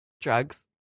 Drugs